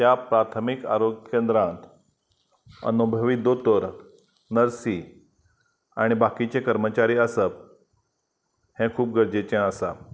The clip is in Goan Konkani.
त्या प्राथमीक आरोग्य केंद्रांत अनुभवीत दोतोर नर्सी आनी बाकीचे कर्मचारी आसप हें खूब गरजेचें आसा